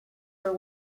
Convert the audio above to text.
for